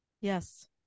Yes